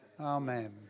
Amen